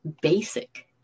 basic